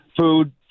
food